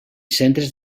centres